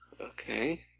Okay